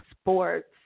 sports